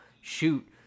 shoot